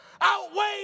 outweigh